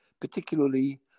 particularly